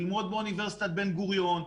ללמוד באוניברסיטת בן גוריון,